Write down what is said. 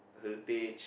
heritage